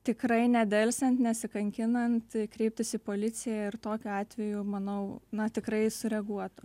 tikrai nedelsiant nesikankinant kreiptis į policiją ir tokiu atveju manau na tikrai sureaguotų